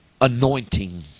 anointing